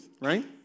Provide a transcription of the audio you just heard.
right